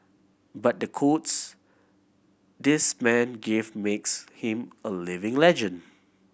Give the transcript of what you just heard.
but the quotes this man give makes him a living legend